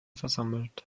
versammelt